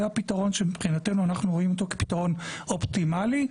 זה הפתרון שמבחינתנו אנחנו רואים אותו כפתרון אופטימלי,